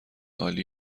عالی